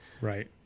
Right